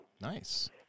Nice